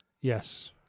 Yes